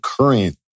current